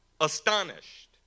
astonished